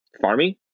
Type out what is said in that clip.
farming